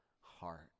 heart